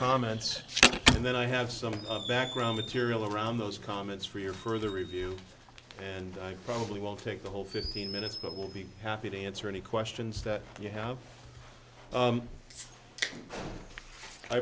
comments and then i have some background material around those comments for your further review and i probably won't take the whole fifteen minutes but will be happy to answer any questions that you have